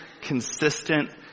consistent